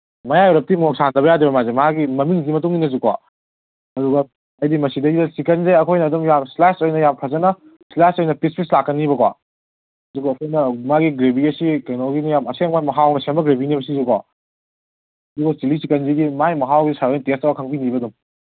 ꯃꯌꯥꯏ ꯑꯣꯏꯔꯞꯇꯤ ꯃꯣꯔꯣꯛ ꯁꯥꯍꯟꯗꯕ ꯌꯥꯗꯦꯕ ꯃꯥꯁꯦ ꯃꯥꯒꯤ ꯃꯃꯤꯡꯁꯤꯒꯤ ꯃꯇꯨꯡꯏꯟꯅꯁꯨꯀꯣ ꯑꯗꯨꯒ ꯍꯥꯏꯗꯤ ꯃꯁꯤꯗꯩꯁꯤꯗ ꯆꯤꯀꯟꯁꯦ ꯑꯩꯈꯣꯏꯅ ꯑꯗꯨꯝ ꯌꯥꯝ ꯏꯁꯂꯥꯏꯁ ꯑꯣꯏꯅ ꯌꯥꯝ ꯐꯖꯅ ꯏꯁꯂꯥꯏꯁ ꯑꯣꯏꯅ ꯄꯤꯁ ꯄꯤꯁ ꯂꯥꯛꯀꯅꯤꯕꯀꯣ ꯑꯗꯨꯒ ꯑꯩꯈꯣꯏꯅ ꯃꯥꯒꯤ ꯒ꯭ꯔꯤꯕꯤꯁꯁꯤ ꯀꯩꯅꯣꯒꯤꯅꯤ ꯌꯥꯝ ꯑꯁꯦꯡꯕ ꯍꯥꯎꯅ ꯁꯦꯝꯕ ꯒ꯭ꯔꯦꯕꯤꯅꯤꯕꯀꯣ ꯁꯦ ꯑꯗꯨꯒ ꯆꯤꯀꯟ ꯆꯤꯂꯤꯁꯤꯒꯤ ꯃꯥꯒꯤ ꯃꯍꯥꯎꯁꯤ ꯁꯥꯔ ꯍꯣꯏ ꯇꯦꯁ ꯇꯧꯔ ꯈꯪꯕꯤꯅꯤꯀꯣ ꯑꯗꯨꯝ